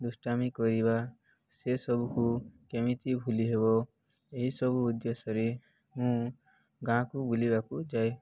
ଦୁଷ୍ଟାମି କରିବା ସେସବୁକୁ କେମିତି ଭୁଲି ହେବ ଏହିସବୁ ଉଦ୍ଦେଶ୍ୟରେ ମୁଁ ଗାଁକୁ ବୁଲିବାକୁ ଯାଏ